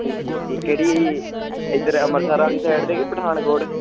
ਜੀ ਜੀ ਜੀ ਕਿਹੜੀ ਇੱਧਰ ਅੰਮ੍ਰਿਤਸਰ ਵਾਲੀ ਸਾਈਡ 'ਤੇ ਕਿ ਪਠਾਣਕੋਟ